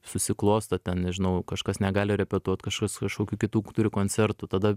susiklosto ten nežinau kažkas negali repetuot kažkas kažkokių kitų turi koncertų tada